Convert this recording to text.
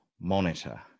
Monitor